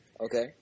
Okay